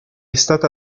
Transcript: stata